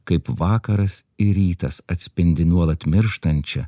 kaip vakaras ir rytas atspindi nuolat mirštančią